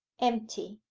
empty.